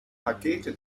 pakete